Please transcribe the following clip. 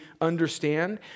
understand